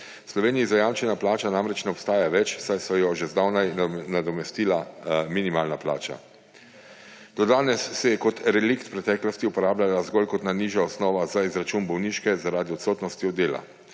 V Sloveniji zajamčena plača namreč ne obstaja več, saj jo je že zdavnaj nadomestila minimalna plača. Do danes se je kot relikt preteklosti uporabljala zgolj kot najnižja osnova za izračun bolniške zaradi odsotnosti od dela.